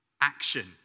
action